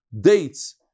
dates